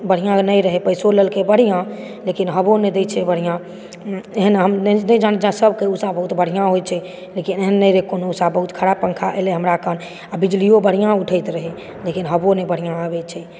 बढ़िआँ नहि रहै पैसो लेलकै बढ़िआँ लेकिन हवो नहि देइ छै बढ़िआँ एहन हम नहि लेकिन सबकेँ ऊषा बहुत बढ़िआँ होइत छै लेकिन एहन नहि रहए कोनो ऊषा बहुत खराब पङ्खा एलै हमरा कन आ बिजलियो बढ़िआँ उठैत रहै लेकिन हवो नहि बढ़िआँ आबैत छै